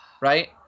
right